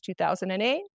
2008